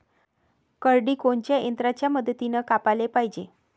करडी कोनच्या यंत्राच्या मदतीनं कापाले पायजे?